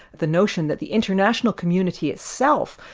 the notion that the international community itself,